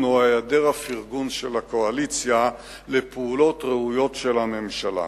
או היעדר הפרגון של האופוזיציה לפעולות ראויות של הממשלה.